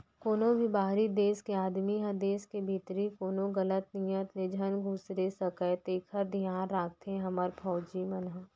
कोनों भी बाहिरी देस के आदमी ह देस के भीतरी कोनो गलत नियत ले झन खुसरे सकय तेकर धियान राखथे हमर फौजी मन ह